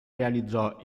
realizzò